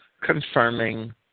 confirming